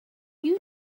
you